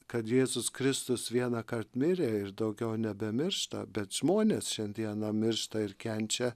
kad jėzus kristus vienąkart mirė ir daugiau nebemiršta bet žmonės šiandieną miršta ir kenčia